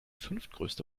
fünftgrößte